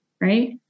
right